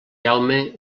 jaume